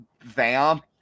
Vamp